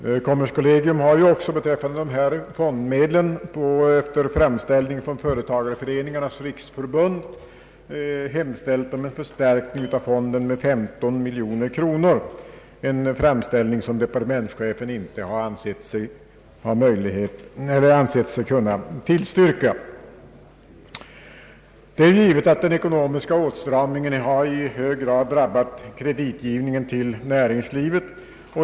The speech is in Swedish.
Kommerskollegium har ju också beträffande dessa fondmedel efter framställning från Företagareföreningarnas = riksförbund hemställt om en förstärkning av fonden med 15 miljoner kronor, en framställning som departementschefen inte ansett sig kunna tillstyrka. Den ekonomiska åtstramningen har självfallet i hög grad drabbat kreditgivningen till näringslivet.